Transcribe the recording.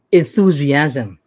enthusiasm